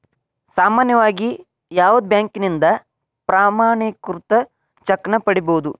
ಸಾಮಾನ್ಯವಾಗಿ ಯಾವುದ ಬ್ಯಾಂಕಿನಿಂದ ಪ್ರಮಾಣೇಕೃತ ಚೆಕ್ ನ ಪಡಿಬಹುದು